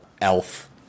elf